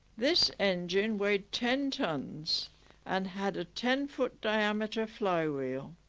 this engine weighed ten tons and had a ten foot diameter flywheel